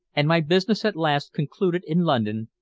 and my business at last concluded in london,